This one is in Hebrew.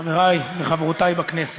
חברי וחברותי בכנסת,